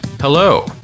Hello